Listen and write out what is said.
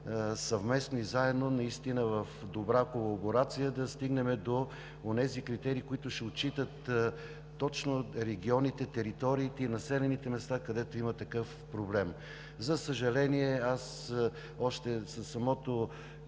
съвместно, заедно, наистина в добра колаборация да стигнем до онези критерии, които ще отчитат точно регионите, териториите и населените места, където има такъв проблем. Още със самото